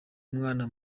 umwana